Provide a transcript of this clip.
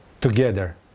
together